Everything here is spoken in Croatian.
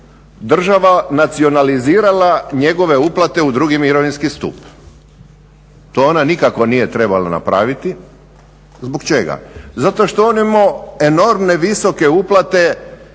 država nacionalizirala njegove uplate u drugi mirovinski stup. To ona nikako nije trebala napraviti. Zbog čega? Zato što on ima enormne visoke uplate